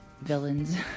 villains